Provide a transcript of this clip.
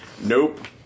nope